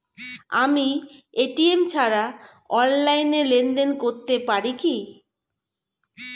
আমি এ.টি.এম ছাড়া অনলাইনে লেনদেন করতে পারি কি?